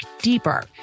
deeper